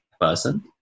person